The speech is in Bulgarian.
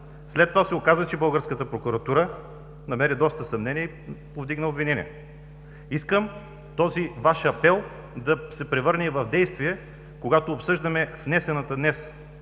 българската прокуратура намери доста съмнения и повдигна обвинения. Искам този Ваш апел да се превърне в действие, когато обсъждаме внесеното днес